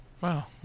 Wow